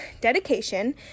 dedication